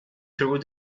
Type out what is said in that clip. through